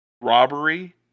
robbery